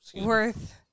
worth